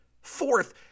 Fourth